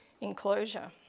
enclosure